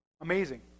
Amazing